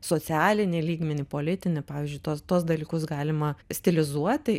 socialinį lygmenį politinį pavyzdžiui tuos tuos dalykus galima stilizuotai